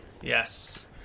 Yes